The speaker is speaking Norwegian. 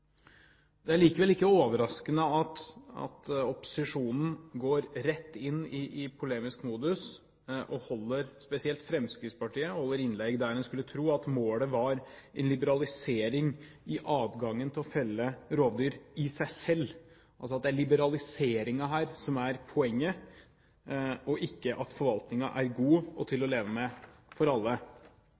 Det er likevel ikke overraskende at opposisjonen går rett inn i polemisk modus, og spesielt Fremskrittspartiet holder innlegg der en skulle tro at målet var en liberalisering i adgangen til å felle rovdyr i seg selv – at det altså er liberaliseringen som her er poenget, og ikke at forvaltningen er god og til å leve med for alle.